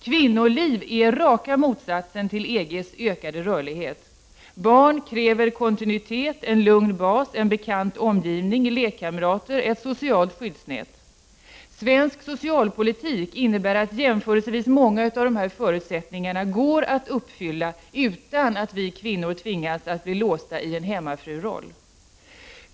Kvinnoliv är raka motsatsen till EG:s ”ökade rörlighet”. Barn kräver kontinuitet, en lugn bas, en bekant omgivning, lekkamrater och ett socialt skyddsnät. Svensk socialpolitik innebär att jämförelsevis många av de här förutsättningarna går att uppfylla, utan att vi kvinnor tvingas att bli låsta i en hemmafruroll.